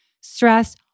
stress